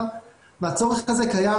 הצורך הזה קיים.